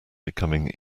becoming